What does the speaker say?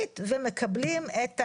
אבל לא מגיע לי תודה?